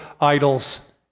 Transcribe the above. idols